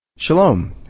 Shalom